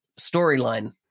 storyline